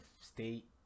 state